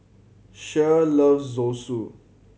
Cher loves Zosui